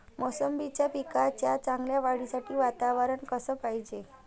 मोसंबीच्या पिकाच्या चांगल्या वाढीसाठी वातावरन कस पायजे?